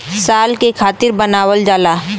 साल के खातिर बनावल जाला